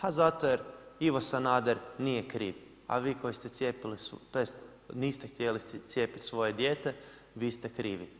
A zato, jer Ivo Sanader nije kriv, a vi koji ste cijepili, tj. Niste htjeli cijepiti svoje dijete vi ste krivi.